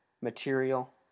material